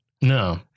No